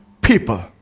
people